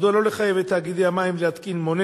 מדוע לא לחייב את תאגידי המים להתקין מונה